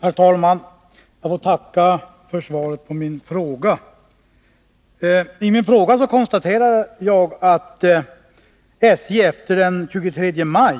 Herr talman! Jag får tacka för svaret. I min fråga konstaterar jag att SJ den 23 maj